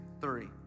three